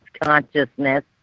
consciousness